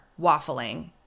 waffling